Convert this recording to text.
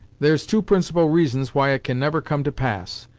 there's two principal reasons why it can never come to pass,